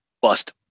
bust